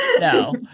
No